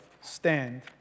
stand